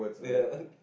yeah